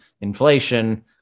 inflation